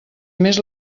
més